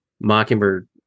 Mockingbird